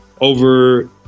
over